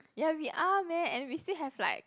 ya we are man and we still have like